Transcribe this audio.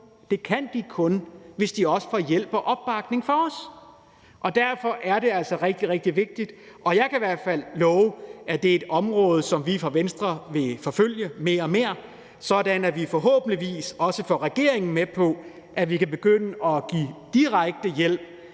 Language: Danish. det kan de kun, hvis de også får hjælp og opbakning fra os. Derfor er det altså rigtig, rigtig vigtigt. Jeg kan i hvert fald love, at det er et område, som vi fra Venstres side vil forfølge mere og mere, sådan at vi forhåbentligvis også får regeringen med på, at vi kan begynde at give direkte hjælp